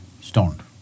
stoned